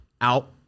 out